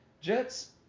Jets